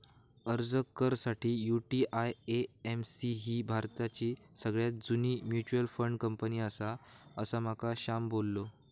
अर्ज कर साठी, यु.टी.आय.ए.एम.सी ही भारताची सगळ्यात जुनी मच्युअल फंड कंपनी आसा, असा माका श्याम बोललो